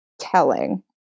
telling